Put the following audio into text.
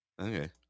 Okay